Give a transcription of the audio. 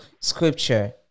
scripture